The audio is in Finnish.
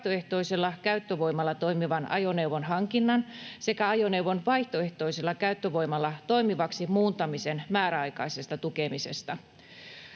vaihtoehtoisella käyttövoimalla toimivan ajoneuvon hankinnan sekä ajoneuvon vaihtoehtoisella käyttövoimalla toimivaksi muuntamisen määräaikaisesta tukemisesta.